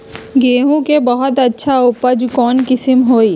गेंहू के बहुत अच्छा उपज कौन किस्म होई?